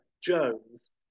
Jones